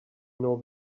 know